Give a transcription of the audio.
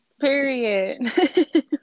period